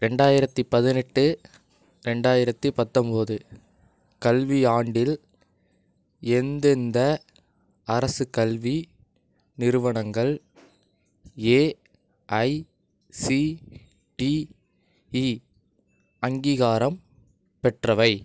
ரெண்டாயிரத்து பதினெட்டு ரெண்டாயிரத்து பத்தொம்பது கல்வி ஆண்டில் எந்தெந்த அரசுக் கல்வி நிறுவனங்கள் ஏஐசிடிஇ அங்கீகாரம் பெற்றவை